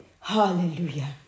Hallelujah